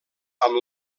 amb